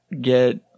get